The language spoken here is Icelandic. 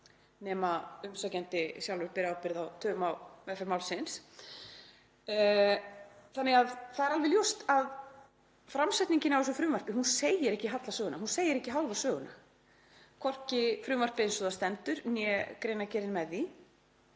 nema umsækjandi sjálfur beri ábyrgð á töfum á meðferð málsins. Það er alveg ljóst að framsetningin á þessu frumvarpi segir ekki alla söguna, hún segir ekki hálfa söguna, hvorki frumvarpið eins og það stendur né greinargerðin með því.